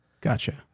Gotcha